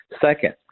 second